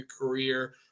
career